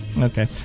okay